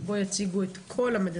שבו יציגו את כל המדדים,